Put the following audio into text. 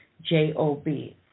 J-O-B